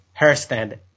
Herstand